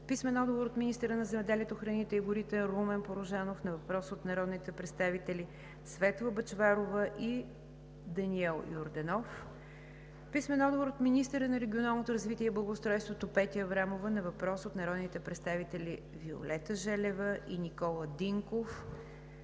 Бъчварова; - министъра на земеделието, храните и горите Румен Порожанов на въпрос от народните представители Светла Бъчварова и Даниел Йорданов; - министъра на регионалното развитие и благоустройството Петя Аврамова на въпрос от народните представители Виолета Желева и Никола Динков;